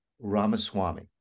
Ramaswamy